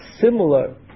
similar